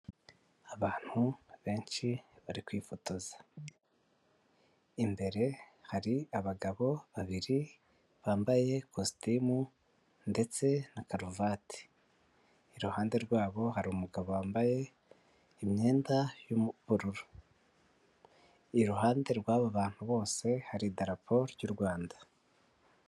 Abantu benshi bari kwifotoza, imbere hari abagabo babiri bambaye kositimu ndetse na karuvati, iruhande rwabo hari umugabo wambaye imyenda y'ubururu, iruhande rw'aba bantu bose hari idarapo ry'u Rwanda.